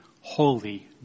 holy